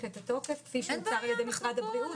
את התוקף כפי שהציע משרד הבריאות.